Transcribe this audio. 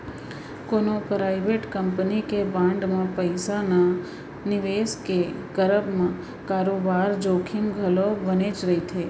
कोनो private company के bond म पइसा न निवेस के करब म बरोबर जोखिम घलौ बनेच रहिथे